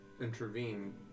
intervene